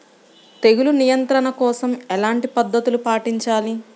తెగులు నియంత్రణ కోసం ఎలాంటి పద్ధతులు పాటించాలి?